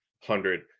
hundred